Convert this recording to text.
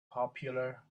popular